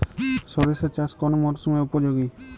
সরিষা চাষ কোন মরশুমে উপযোগী?